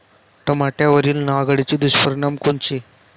टमाट्यावरील नाग अळीचे दुष्परिणाम कोनचे?